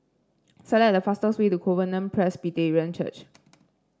select the fastest way to Covenant Presbyterian Church